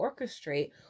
orchestrate